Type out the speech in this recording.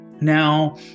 Now